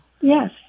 Yes